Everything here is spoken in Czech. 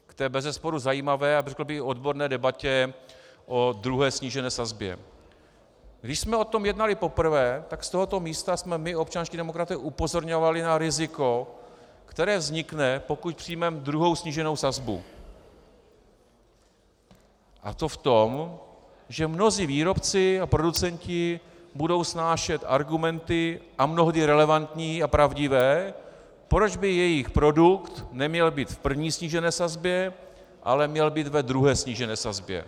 V bezesporu zajímavé, a řekl bych, odborné debatě o druhé snížené sazbě, když jsme o tom jednali poprvé, tak z tohoto místa jsme my občanští demokraté upozorňovali na riziko, které vznikne, pokud přijmeme druhou sníženou sazbu, a to v tom, že mnozí výrobci a producenti budou snášet argumenty, a mnohdy relevantní a pravdivé, proč by jejich produkt neměl být v první snížené sazbě, ale měl být v druhé snížené sazbě.